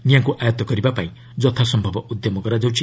ନିଆଁକୁ ଆୟତ୍ତ କରିବାଲାଗି ଯଥାସମ୍ଭବ ଉଦ୍ୟମ କରାଯାଉଛି